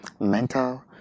mental